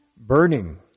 Burning